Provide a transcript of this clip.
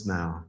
now